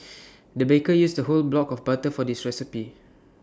the baker used A whole block of butter for this recipe